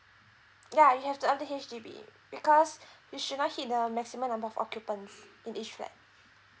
ya you have to update H_D_B because you should not hit the maximum number of occupants in each flat